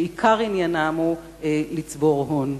שעיקר עניינם הוא לצבור הון.